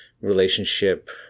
relationship